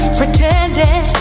pretending